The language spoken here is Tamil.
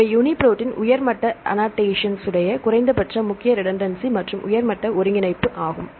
அவை யுனிப்ரோட்டின் உயர் மட்ட அன்னோடேஷன் உடைய குறைந்தபட்ச முக்கிய ரிடென்டன்சி மற்றும் உயர் மட்ட ஒருங்கிணைப்பும் ஆகும்